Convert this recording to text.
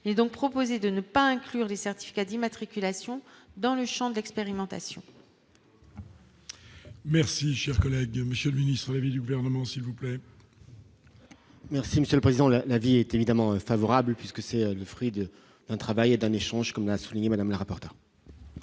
est donc proposé de ne pas inclure les certificats d'immatriculation dans le Champ d'expérimentation. Merci, cher collègue, Monsieur le ministre vie du gouvernement s'il vous plaît. Merci Monsieur le Président, la, la vie est évidemment favorable puisque c'est le fruit d'un travail et d'un échange comme l'a souligné Madame le rapporteur.